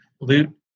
loot